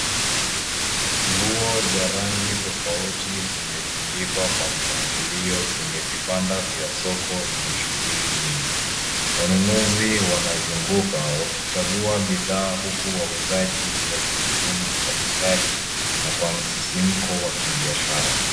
Nguo za rangi tofauti zimetundikwa kwa mpangilio kwenye vibanda vya soko lenye shughuli nyingi. Wanunuzi wanazunguka wakichagua bidhaa huku wauzaji wakihudumu kwa ustadi na kwa msisimko wa kibiashara.